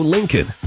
Lincoln